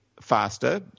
faster